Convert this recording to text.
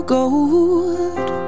gold